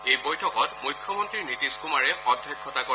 এই বৈঠকত মুখ্যমন্ত্ৰী নীতিশ কুমাৰে অধ্যক্ষতা কৰে